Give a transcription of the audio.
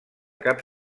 cap